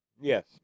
Yes